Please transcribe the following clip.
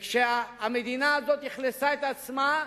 וכשהמדינה הזאת אכלסה את עצמה,